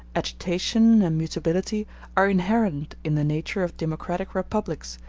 agitation and mutability are inherent in the nature of democratic republics,